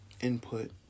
input